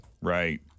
Right